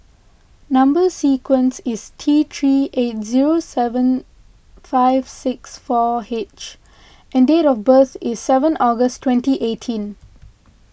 Number Sequence is T three eight zero seven five six four H and date of birth is seven August twentyeighteen